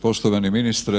Poštovani ministre.